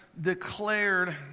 declared